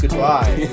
Goodbye